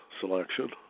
selection